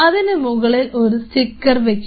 അതിനുമുകളിൽ ഒരു സ്റ്റിക്കർ വയ്ക്കുക